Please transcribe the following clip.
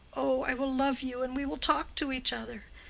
oh, i will love you and we will talk to each other,